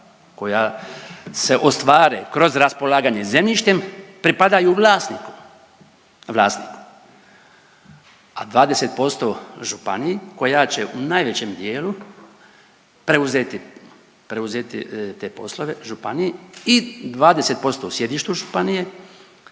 koja se ostvare kroz raspolaganje zemljištem pripadaju vlasniku, vlasniku, a 20% županiji koja će u najvećem dijelu preuzeti te poslove županiji i 20% sjedištu županije